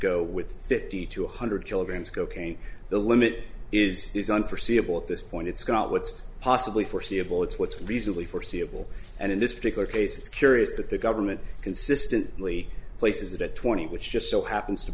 go with fifty to one hundred kilograms of cocaine the limit is is going forseeable at this point it's got what's possibly foreseeable it's what's reasonably foreseeable and in this particular case it's curious that the government consistently places it at twenty which just so happens to